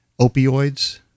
opioids